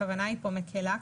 הכוונה כאן מקלה.